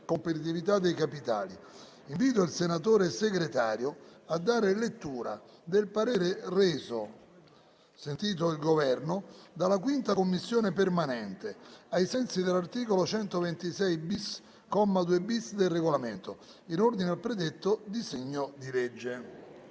di finanza pubblica. Invito il senatore Segretario a dare lettura del parere reso - sentito il Governo - dalla 5a Commissione permanente, ai sensi dell'articolo 126-*bis*, comma 2-*bis*, del Regolamento, in ordine al predetto disegno di legge.